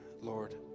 Lord